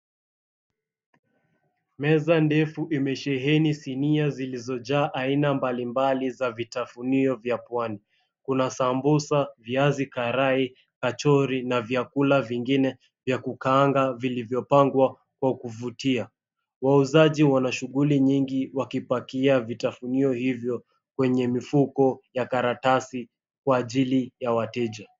Meza ndefu imesheheni sinia zilizojaa aina mbalimbali za vitafunio vya pwani. Kuna sambusa, viazi karai, kachori na vyakula vingine vya kukaanga vilivyopangwa kwa kuvutia. Wauzaji wana shughuli nyingi wakipakia vitafunio hivyo kwenye mifuko ya karatasi kwa ajili ya wateja.